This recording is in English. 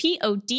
pod